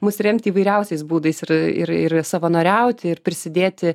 mus remti įvairiausiais būdais ir ir savanoriauti ir prisidėti